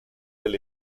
del